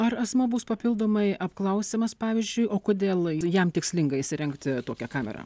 ar asmuo bus papildomai apklausiamas pavyzdžiui o kodėl jam tikslinga įsirengti tokią kamerą